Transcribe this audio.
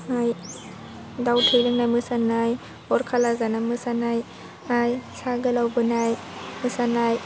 नाय दाव थै लोंनाय मोसानाय अर खालार जाना मोसानाय आइ साहा गोलाव बोनाय मोसानाय